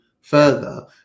further